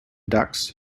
ducts